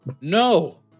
No